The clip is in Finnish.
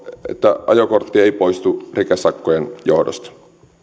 että ajokortti ei poistu rikesakkojen johdosta